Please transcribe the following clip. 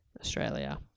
Australia